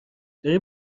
داری